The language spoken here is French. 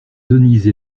denise